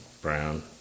Brown